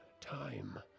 time